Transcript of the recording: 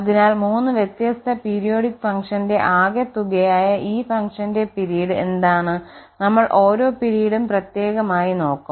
അതിനാൽ മൂന്ന് വ്യത്യസ്ത പീരിയോഡിക് ഫംഗ്ഷന്റെ ആകെത്തുകയായ ഈ ഫംഗ്ഷന്റെ പിരീഡ് എന്താണ് നമ്മൾ ഓരോ പിരീഡും പ്രത്യേകമായി നോക്കും